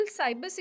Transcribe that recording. cybersecurity